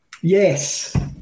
Yes